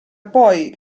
poi